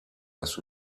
las